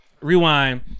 rewind